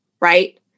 right